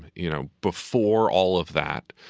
you know, before all of that,